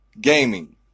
gaming